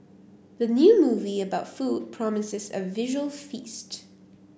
the new movie about food promises a visual feast